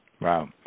Wow